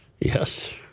Yes